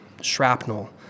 shrapnel